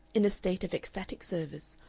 in a state of ecstatic service,